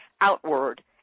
outward